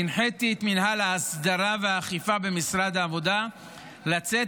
הנחיתי את מינהל ההסדרה והאכיפה במשרד העבודה לצאת